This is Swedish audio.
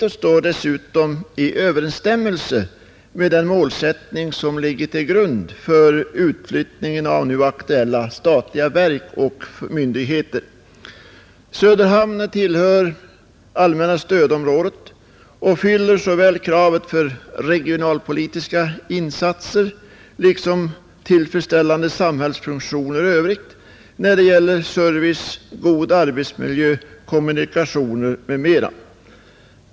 Dessutom står det i överensstämmelse med den Omlokalisering målsättning som ligger till grund för utflyttningen av nu aktuella statliga verksamhet Söderhamn tillhör stödområdet och fyller väl kravet på regionalpoli tiska insatser. Staden har också tillfredsställande samhällsfunktioner i övrigt när det gäller service, god arbetsmiljö, goda kommunikationer m.m.